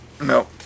No